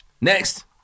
Next